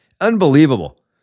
Unbelievable